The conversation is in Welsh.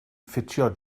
ffitio